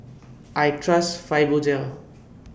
I Trust Fibogel